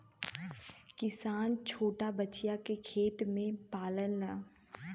किसान छोटा बछिया के खेत में पाललन